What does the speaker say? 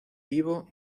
vivo